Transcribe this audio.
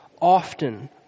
often